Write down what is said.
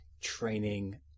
training